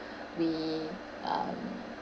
we um